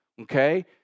okay